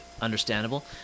Understandable